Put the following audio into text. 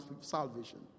salvation